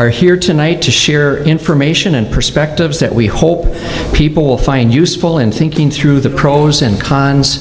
are here tonight to share information and perspectives that we hope people will find useful in thinking through the pros and cons